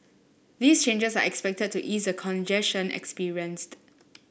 these changes are expected to ease the congestion experienced